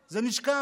זה נשכח.